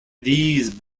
these